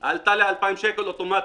התשלום עלה ל-2,000 שקל אוטומטית.